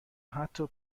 حتی